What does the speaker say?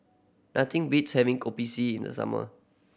nothing beats having Kopi C in the summer